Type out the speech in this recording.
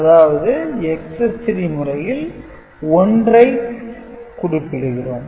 அதாவது Excess - 3 முறையில் 1 ஐ குறிப்பிடுகிறோம்